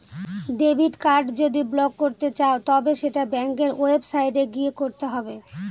debit card যদি block করতে চাও তবে সেটা ব্যাঙ্কের ওয়েবসাইটে গিয়ে করতে হবে